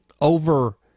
over